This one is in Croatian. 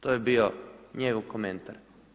To je bio njegov komentar.